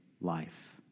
life